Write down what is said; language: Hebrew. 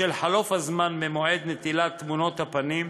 בשל חלוף הזמן ממועד נטילת תמונות הפנים,